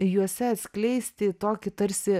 juose atskleisti tokį tarsi